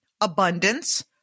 abundance